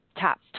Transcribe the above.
top